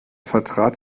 vertrat